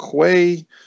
Quay